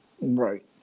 Right